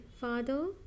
father